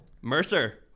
Mercer